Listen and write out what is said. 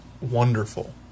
wonderful